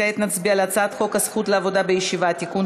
כעת נצביע על הצעת חוק הזכות לעבודה בישיבה (תיקון,